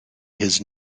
his